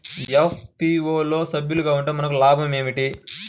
FPO లో సభ్యులుగా ఉంటే మనకు లాభం ఏమిటి?